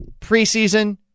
Preseason